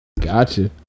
Gotcha